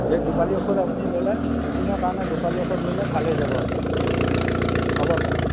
এই দুপালি ঔষধ আপুনি ল'লে দুদিনৰ কাৰণে দুপালি ঔষধ ল'লে ভাল হৈ যাব আপোনাৰ হ'ব তেনে